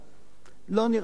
לא נראה לי נכון.